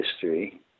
history